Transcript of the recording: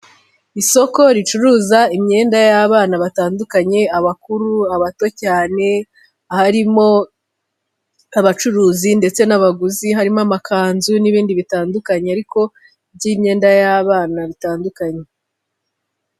Isoko ricuruza imyenda y'abana batandukanye; abakuru, abato cyane, harimo abacuruzi ndetse n'abaguzi harimo amakanzu n'ibindi bitandukanye ariko by'imyenda y'abanda bitandukanye.